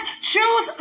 choose